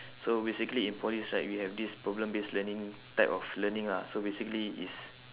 so basically in polys right we have this problem based learning type of learning lah so basically is